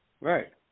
Right